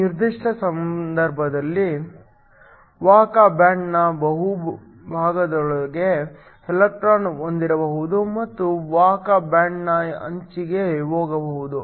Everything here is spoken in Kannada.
ಈ ನಿರ್ದಿಷ್ಟ ಸಂದರ್ಭದಲ್ಲಿ ವಾಹಕ ಬ್ಯಾಂಡ್ನ ಬಹುಭಾಗದೊಳಗೆ ಎಲೆಕ್ಟ್ರಾನ್ ಹೊಂದಿರಬಹುದು ಮತ್ತು ವಾಹಕ ಬ್ಯಾಂಡ್ನ ಅಂಚಿಗೆ ಹೋಗಬಹುದು